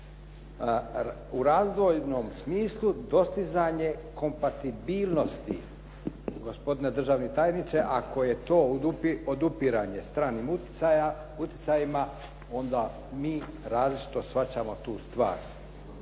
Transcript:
u razdvojnom smislu dostizanje kompatibilnosti". Gospodine državni tajniče, ako je to odupiranje stranim uticajima onda mi različito shvaćamo tu stvar.